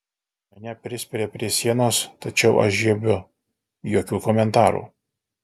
mane prispiria prie sienos tačiau aš žiebiu jokių komentarų